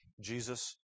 Jesus